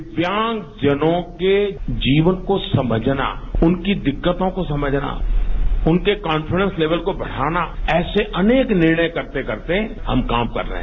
दिव्यांगजनों के जीवन को समझना उनकी दिक्कतों को समझना उनके कोन्फीडेंस लेवल को बढ़ाना ऐसे अनेक निर्णय करते करते हम काम कर रहे हैं